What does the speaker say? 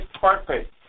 perfect